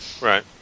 Right